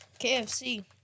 KFC